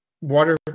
water